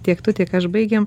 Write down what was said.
tiek tu tiek aš baigėm